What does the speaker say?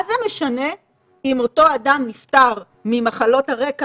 מה זה משנה אם אותו אדם נפטר ממחלות הרקע